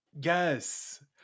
Yes